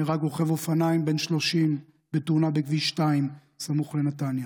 נהרג רוכב אופניים בן 30 בתאונה בכביש 2 סמוך לנתניה.